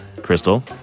Crystal